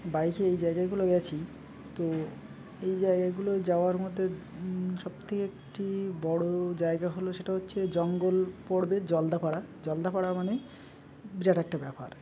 বাইকে এই জায়গাগুলো গিয়েছি তো এই জায়গাগুলো যাওয়ার মধ্যে সবথেকে একটি বড় জায়গা হলো সেটা হচ্ছে জঙ্গল পড়বে জলদাপাড়া জলদাপাড়া মানে বিরাট একটা ব্যাপার